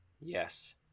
Yes